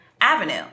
avenue